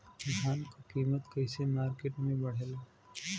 धान क कीमत कईसे मार्केट में बड़ेला?